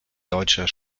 deutscher